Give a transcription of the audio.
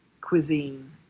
cuisine